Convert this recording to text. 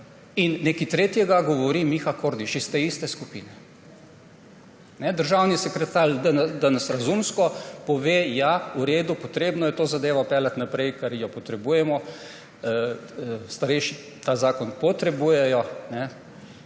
in nekaj tretjega govori Miha Kordiš iz te iste skupine. Državni sekretar danes razumsko pove »ja, v redu, potrebno je to zadevo peljati naprej, ker jo potrebujemo, starejši ta zakon potrebujejo«,